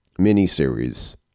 miniseries